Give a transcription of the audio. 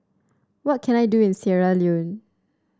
what can I do in Sierra Leone